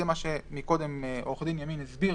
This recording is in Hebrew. זה מה שקודם עו"ד ימין הסביר